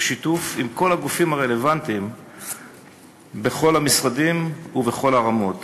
בשיתוף עם כל הגופים הרלוונטיים בכל המשרדים ובכל הרמות,